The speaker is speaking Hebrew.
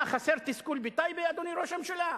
מה, חסר תסכול בטייבה, אדוני ראש הממשלה?